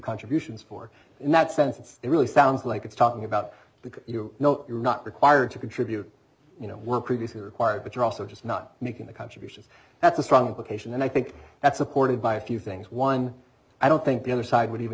contributions for in that sense and it really sounds like it's talking about the you know you're not required to contribute you know were previously required but you're also just not making the contributions that's a strong implication and i think that's supported by a few things one i don't think the other side would even